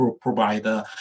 provider